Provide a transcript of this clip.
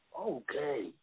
okay